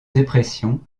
dépression